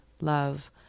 love